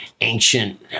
ancient